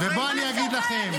ובואו נאי אגיד לכם,